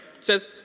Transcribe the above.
says